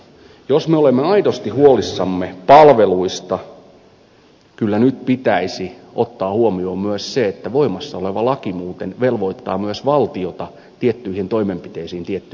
jos me olemme aidosti huolissamme palveluista kyllä nyt pitäisi ottaa huomioon myös se että voimassa oleva laki muuten velvoittaa myös valtiota tiettyihin toimenpiteisiin tiettyihin aikatauluihin